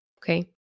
okay